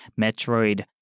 Metroid